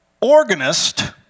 organist